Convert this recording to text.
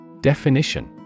Definition